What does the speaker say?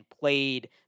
played